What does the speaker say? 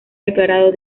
declarado